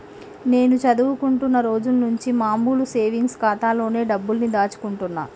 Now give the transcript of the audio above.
నేను చదువుకుంటున్న రోజులనుంచి మామూలు సేవింగ్స్ ఖాతాలోనే డబ్బుల్ని దాచుకుంటున్నా